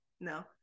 No